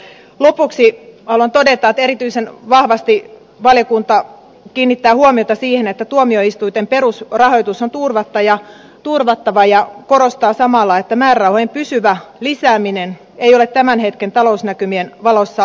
lopuksi haluan todeta että erityisen vahvasti valiokunta kiinnittää huomiota siihen että tuomioistuinten perusrahoitus on turvattava ja korostaa samalla että määrärahojen pysyvä lisääminen ei ole tämän hetken talousnäkymien valossa realistista